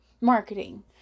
marketing